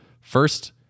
first